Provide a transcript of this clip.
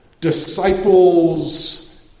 disciples